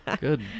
Good